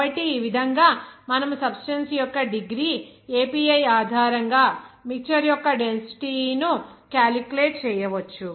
కాబట్టి ఈ విధంగా మనము సబ్స్టెన్సుస్ యొక్క డిగ్రీ API ఆధారంగా మిక్చర్ యొక్క డెన్సిటీ ను క్యాలిక్యులేట్ చేయవచ్చు